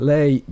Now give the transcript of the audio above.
Lei